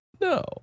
No